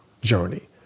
journey